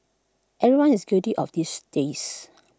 everyone is guilty of these days